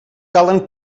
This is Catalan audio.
calen